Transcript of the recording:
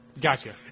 Gotcha